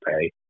pay